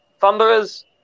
thunderers